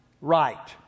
right